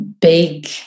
big